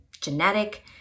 genetic